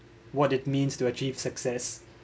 what it means to achieve success